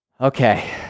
Okay